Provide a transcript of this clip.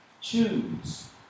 Choose